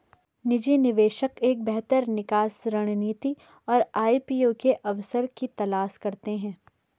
निजी निवेशक एक बेहतर निकास रणनीति और आई.पी.ओ के अवसर की तलाश करते हैं